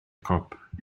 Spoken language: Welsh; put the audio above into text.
cop